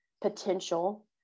potential